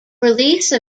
release